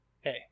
Hey